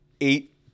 eight